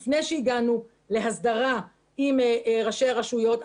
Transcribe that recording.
לפני שהגענו להסדרה עם ראשי הרשויות,